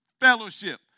fellowship